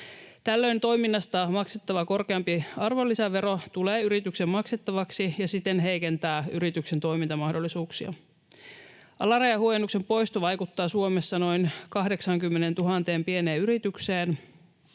Tällöin toiminnasta maksettava korkeampi arvonlisävero tulee yrityksen maksettavaksi ja siten heikentää yrityksen toimintamahdollisuuksia. Alarajahuojennuksen poisto vaikuttaa Suomessa noin 80 000 pieneen yritykseen.